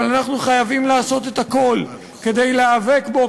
אבל אנחנו חייבים לעשות את הכול כדי להיאבק בו,